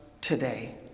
today